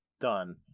Done